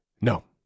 no